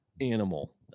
Animal